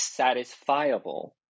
satisfiable